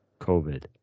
COVID